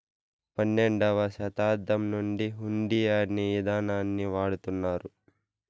పన్నెండవ శతాబ్దం నుండి హుండీ అనే ఇదానాన్ని వాడుతున్నారు